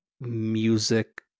music